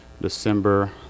December